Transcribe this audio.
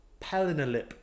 palinolip